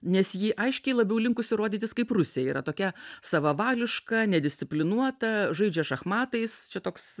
nes ji aiškiai labiau linkusi rodytis kaip rusija yra tokia savavališka nedisciplinuota žaidžia šachmatais čia toks